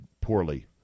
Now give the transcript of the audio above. poorly